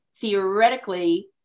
theoretically